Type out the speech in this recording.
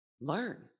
learn